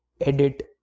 edit